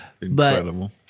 Incredible